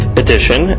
edition